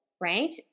right